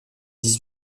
dix